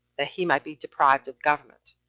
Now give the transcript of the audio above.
that he might be deprived of the government,